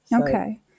okay